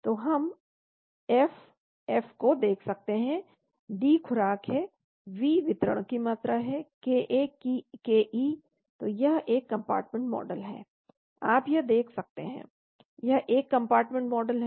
तो हम F F को देख सकते हैं D खुराक है V वितरण की मात्रा है ka ke तो यह एक कम्पार्टमेंट मॉडल है आप यह देख सकते हैं यह एक कम्पार्टमेंट मॉडल है